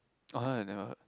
oh I never